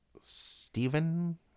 Stephen